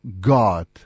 God